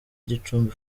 gicumbi